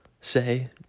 say